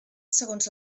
segons